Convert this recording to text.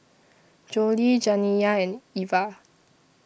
Jolie Janiya and Eva